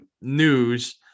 news